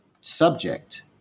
subject